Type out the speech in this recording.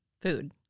Food